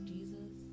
Jesus